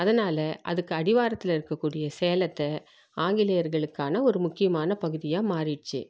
அதனால் அதுக்கு அடிவாரத்தில் இருக்கக்கூடிய சேலத்தை ஆங்கிலேயர்களுக்கான ஒரு முக்கியமான பகுதியாக மாறிடுச்சி